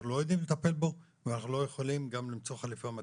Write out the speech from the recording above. אנחנו לא יודעים לטפל בו ואנחנו לא יכולים גם למצוא חלופה מתאימה.